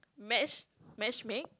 match matchmake